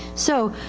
so,